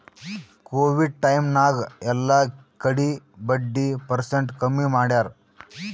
Covid time ನಾಗ್ ಎಲ್ಲಾ ಕಡಿ ಬಡ್ಡಿ ಪರ್ಸೆಂಟ್ ಕಮ್ಮಿ ಮಾಡ್ಯಾರ್